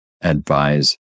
advise